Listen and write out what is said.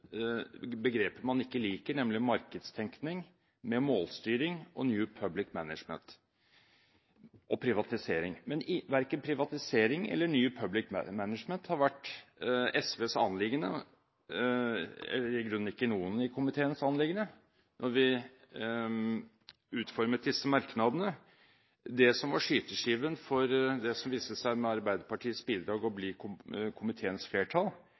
man sammen begreper man ikke liker, nemlig markedstenkning med målstyring, New Public Management og privatisering. Men verken privatisering eller New Public Management har vært SVs anliggende – det har i grunnen ikke vært anliggende for noen i komiteen. Da vi utformet disse merknadene, var skyteskiven for det som med Arbeiderpartiets bidrag viste seg å bli komiteens flertall,